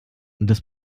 das